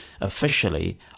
officially